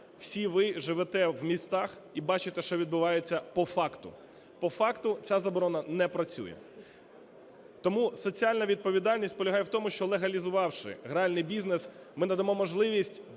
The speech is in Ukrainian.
всі ви живете в містах і бачите, що відбувається по факту. По факту ця заборона не працює. Тому соціальна відповідальність полягає в тому, що, легалізувавши гральний бізнес, ми надамо можливість